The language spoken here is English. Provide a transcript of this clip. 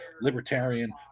libertarian